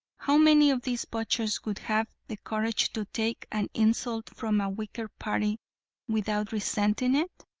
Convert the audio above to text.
how many of these butchers would have the courage to take an insult from a weaker party without resenting it?